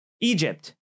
Egypt